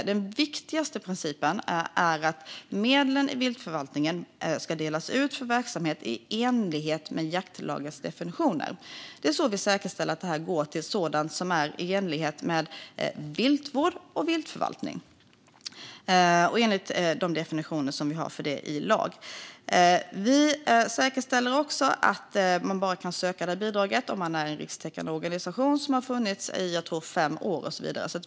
Den viktigaste principen är att medlen i Viltvårdsfonden ska delas ut för verksamhet i enlighet med jaktlagens definitioner. Det är så vi säkerställer att detta går till sådant som är i enlighet med viltvård och viltförvaltning och enligt de definitioner vi har för detta i lag. Vi säkerställer också att man bara kan söka bidraget om man är en rikstäckande organisation som har funnits i fem år, tror jag att det är, och så vidare.